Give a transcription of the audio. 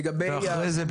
ואחרי זה,